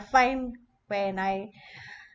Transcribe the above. find when I